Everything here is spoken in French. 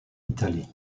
italie